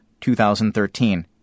2013